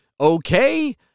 okay